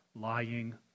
lying